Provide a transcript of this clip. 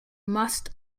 must